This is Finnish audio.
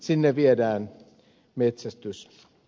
sinne viedään metsästysoikeuksia